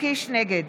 נגד